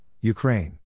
Ukraine